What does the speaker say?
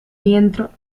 rientro